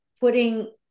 putting